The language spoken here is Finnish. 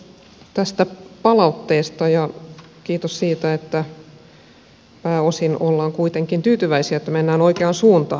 kiitos tästä palautteesta ja kiitos siitä että pääosin ollaan kuitenkin tyytyväisiä että mennään oikeaan suuntaan